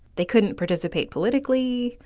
they couldn't participate politically,